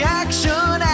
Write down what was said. action